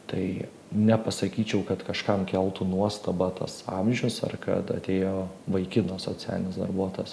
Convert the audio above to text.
tai nepasakyčiau kad kažkam keltų nuostabą tas amžius ar kad atėjo vaikinas socialinis darbuotojas